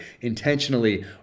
intentionally